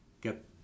get